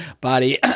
body